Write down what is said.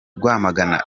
rwamagana